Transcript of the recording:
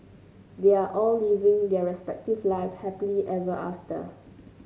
they are all living their respective lives happily ever after